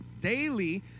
Daily